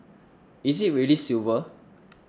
is it really a silver